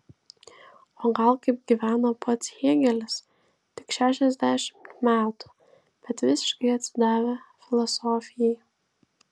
o gal kaip gyveno pats hėgelis tik šešiasdešimt metų bet visiškai atsidavę filosofijai